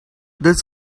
this